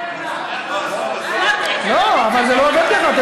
לא, לא, אבל זה לא עובד ככה.